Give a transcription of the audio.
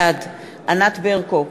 בעד ענת ברקו,